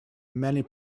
many